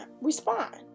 respond